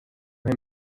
him